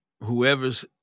Whoever's